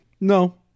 no